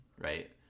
right